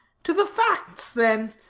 to the facts then.